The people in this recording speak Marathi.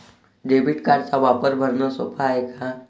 डेबिट कार्डचा वापर भरनं सोप हाय का?